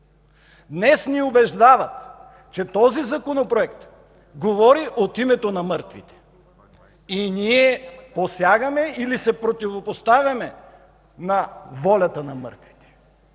Днес ни убеждават, че този законопроект говори от името на мъртвите и ние посягаме или се противопоставяме на волята на мъртвите.